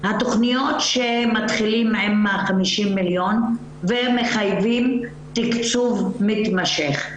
התכניות שמתחילות עם ה-50 מיליון ומחייבות תקצוב מתמשך,